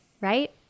right